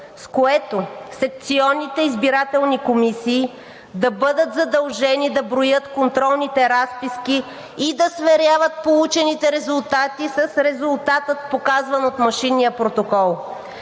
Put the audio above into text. с което секционните избирателни комисии да бъдат задължени да броят контролните разписки и да сверяват получените резултати с резултата, показван от машинния протокол.